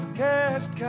cast